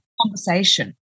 conversation